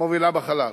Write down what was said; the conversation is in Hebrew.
המובילה בחלל.